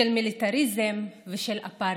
של מיליטריזם ושל אפרטהייד.